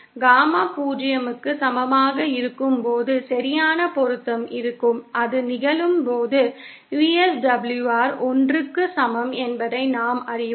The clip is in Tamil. காமா 0 க்கு சமமாக இருக்கும்போது சரியான பொருத்தம் இருக்கும் அது நிகழும்போது VSWR 1 க்கு சமம் என்பதை நாம் அறிவோம்